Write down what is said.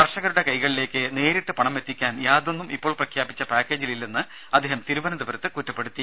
കർഷകരുടെ കൈകളിലേക്ക് നേരിട്ട് പണം എത്തിക്കാൻ യാതൊന്നും ഇപ്പോൾ പ്രഖ്യാപിച്ച പാക്കേജിലില്ലെന്ന് അദ്ദേഹം തിരുവനന്തപുരത്ത് കുറ്റപ്പെടുത്തി